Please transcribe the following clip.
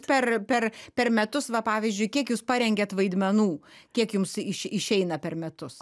per per per metus va pavyzdžiui kiek jūs parengėt vaidmenų kiek jums iš išeina per metus